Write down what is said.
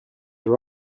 are